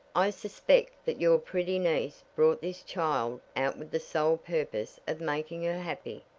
i suspect that your pretty niece brought this child out with the sole purpose of making her happy,